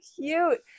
cute